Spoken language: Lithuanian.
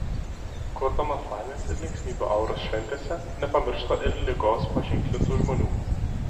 kurdamas laimės ir linksmybių auras šventėse nepamiršta ir ligos paženklintų žmonių